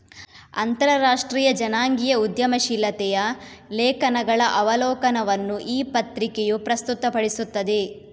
ಅಂತರರಾಷ್ಟ್ರೀಯ ಜನಾಂಗೀಯ ಉದ್ಯಮಶೀಲತೆಯ ಲೇಖನಗಳ ಅವಲೋಕನವನ್ನು ಈ ಪತ್ರಿಕೆಯು ಪ್ರಸ್ತುತಪಡಿಸುತ್ತದೆ